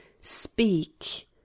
speak